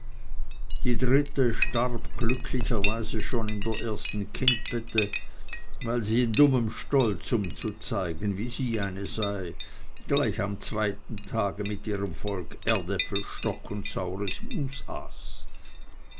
die dritte starb glücklicherweise schon in der ersten kindbette weil sie in dummem stolz um zu zeigen wie sie eine sei gleich am zweiten tage mit ihrem volk erdäpfelstock und saures mus